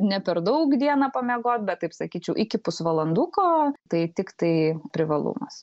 ne per daug dieną pamiegot bet taip sakyčiau iki pusvalanduko tai tiktai privalumas